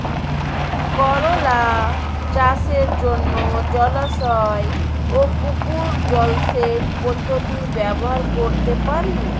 করোলা চাষের জন্য জলাশয় ও পুকুর জলসেচ পদ্ধতি ব্যবহার করতে পারি?